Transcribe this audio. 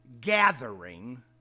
gathering